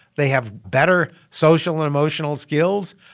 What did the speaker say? they have better social and emotional skills,